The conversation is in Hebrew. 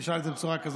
נשאל את זה בצורה כזאת.